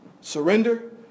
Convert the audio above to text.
Surrender